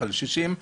אחד לשישים.